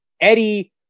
Eddie